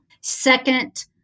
Second